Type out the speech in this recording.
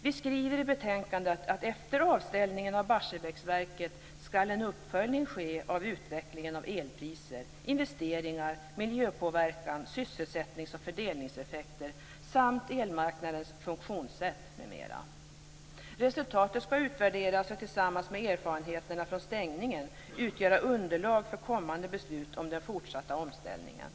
Vi skriver i betänkandet att efter avställningen av Barsebäcksverket skall en uppföljning ske av utvecklingen av elpriser, investeringar, miljöpåverkan, sysselsättnings och fördelningseffekter, elmarknadens funktionssätt m.m. Resultatet skall utvärderas och tillsammans med erfarenheterna från stängningen utgöra underlag för kommande beslut om den fortsatta omställningen.